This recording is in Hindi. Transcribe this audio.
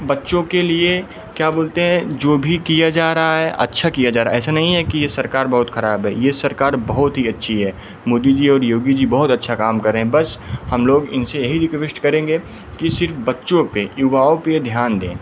बच्चों के लिए क्या बोलते हैं जो भी किया जा रहा है अच्छा किया जा रहा है ऐसा नहीं है कि यह सरकार बहुत ख़राब है यह इस सरकार बहुत ही अच्छी है मोदी जी और योगी जी बहुत अच्छा काम कर रहे हैं बस हम लोग इनसे यही रिक्वेश्ट करेंगे कि सिर्फ बच्चों पर युवाओं पर ये ध्यान दें